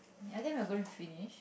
I think we are going to finish